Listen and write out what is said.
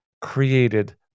created